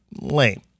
lame